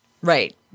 right